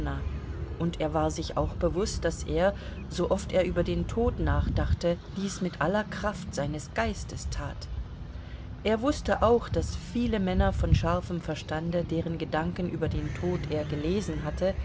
und er war sich auch bewußt daß er sooft er über den tod nachdachte dies mit aller kraft seines geistes tat er wußte auch daß viele männer von scharfem verstande deren gedanken über den tod er gelesen hatte